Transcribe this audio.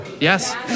Yes